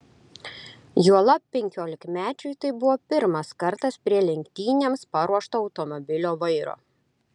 juolab penkiolikmečiui tai buvo pirmas kartas prie lenktynėms paruošto automobilio vairo